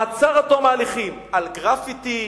מעצר עד תום ההליכים על גרפיטי,